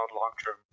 long-term